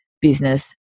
business